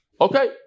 Okay